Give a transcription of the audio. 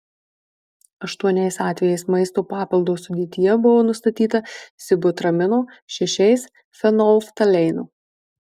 aštuoniais atvejais maisto papildo sudėtyje buvo nustatyta sibutramino šešiais fenolftaleino